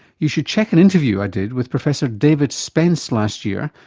you should check an interview i did with professor david spence last year,